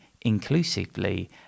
inclusively